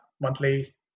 monthly